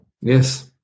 Yes